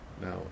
Now